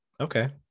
okay